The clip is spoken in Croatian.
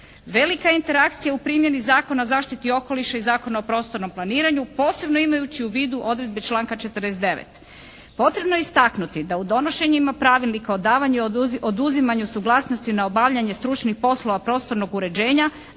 Velika je interakcija u primjeni Zakona o zaštiti okoliša i Zakona o prostornom planiranju posebno imajući u vidu odredbe članka 49. Potrebno je istaknuti da u donošenjima pravilnika o davanju i oduzimanju suglasnosti na obavljanje stručnih poslova prostornog uređenja